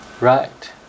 right